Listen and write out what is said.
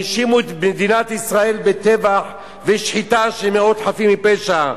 האשימו את מדינת ישראל בטבח ושחיטה של מאות חפים מפשע,